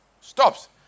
stops